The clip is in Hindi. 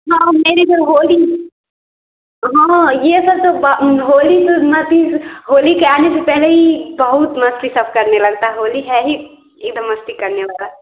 ना मेरे घर होली हाँ यह सब तो बा होली में मैं तीज होली के आने से पहले ही बहुत मस्ती सब करने लगते होली है ही एक दम मस्ती करने वाली